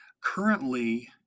currently